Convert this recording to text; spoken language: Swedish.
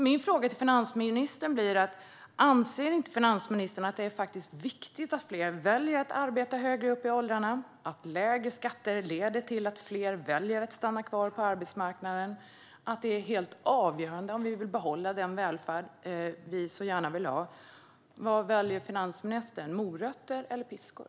Min fråga till finansministern är därför: Anser inte finansministern att det är viktigt att fler väljer att arbeta högre upp i åldrarna, att lägre skatter leder till att fler väljer att stanna kvar på arbetsmarknaden och att detta är helt avgörande om vi vill behålla den välfärd vi så gärna vill ha? Vad väljer finansministern - morötter eller piskor?